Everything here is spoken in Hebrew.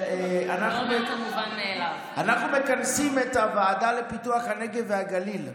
אנחנו מכנסים את הוועדה לפיתוח הנגב והגליל,